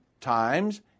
times